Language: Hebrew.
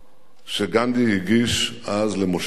שגנדי הגיש אז למשה דיין.